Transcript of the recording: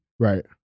right